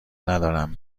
ندارم